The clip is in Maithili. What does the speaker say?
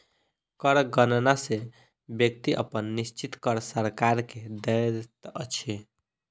कर गणना सॅ व्यक्ति अपन निश्चित कर सरकार के दैत अछि